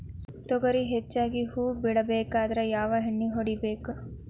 ತೊಗರಿ ಹೆಚ್ಚಿಗಿ ಹೂವ ಬಿಡಬೇಕಾದ್ರ ಯಾವ ಎಣ್ಣಿ ಹೊಡಿಬೇಕು?